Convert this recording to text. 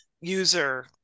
user